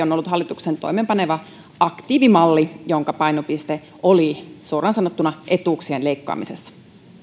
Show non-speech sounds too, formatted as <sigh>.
<unintelligible> on ollut hallituksen toimeenpanema aktiivimalli jonka painopiste oli suoraan sanottuna etuuksien leikkaamisessa